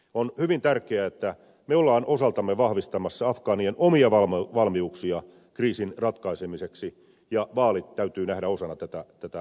on hyvin tärkeää että me olemme osaltamme vahvistamassa afgaanien omia valmiuksia kriisin ratkaisemiseksi ja vaalit täytyy nähdä osana tätä projektia